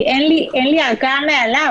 כי אין לי ערכאה מעליו.